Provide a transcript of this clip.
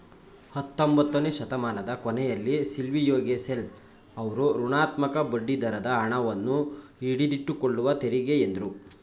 ಹತ್ತೊಂಬತ್ತನೆ ಶತಮಾನದ ಕೊನೆಯಲ್ಲಿ ಸಿಲ್ವಿಯೋಗೆಸೆಲ್ ಅವ್ರು ಋಣಾತ್ಮಕ ಬಡ್ಡಿದರದ ಹಣವನ್ನು ಹಿಡಿದಿಟ್ಟುಕೊಳ್ಳುವ ತೆರಿಗೆ ಎಂದ್ರು